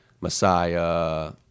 Messiah